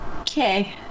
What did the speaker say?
Okay